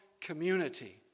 community